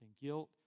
guilt